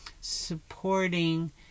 supporting